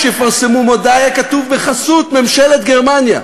יפרסמו מודעה יהיה כתוב: בחסות ממשלת גרמניה.